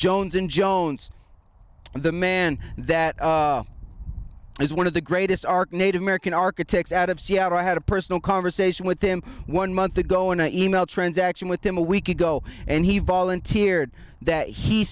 jones in jones the man that is one of the greatest arc native american architects out of seattle i had a personal conversation with him one month ago and i emailed transaction with him a week ago and he volunteered that he